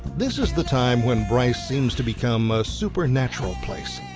this is the time when bryce seems to become a supernatural place,